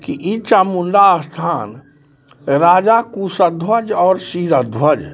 कि ई चामुण्डा स्थान राजा कुशध्वज आओर शिरध्वज